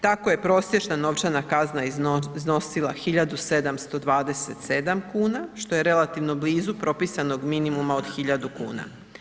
Tako je prosječna novčana kazna iznosila 1.727 kuna što je relativno blizu propisanog minimuma od 1.000 kuna.